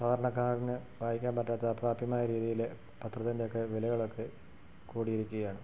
സാധാരണക്കാരനു വായിക്കാൻ പറ്റാത്ത അപ്രാപ്യമായ രീതിയിൽ പത്രത്തിൻ്റെ ഒക്കെ വിലകളൊക്കെ കൂടിയിരിക്കുകയാണ്